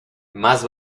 más